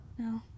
No